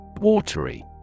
Watery